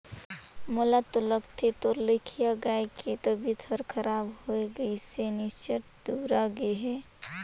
मोला तो लगथे तोर लखिया गाय के तबियत हर खराब होये गइसे निच्च्ट दुबरागे हे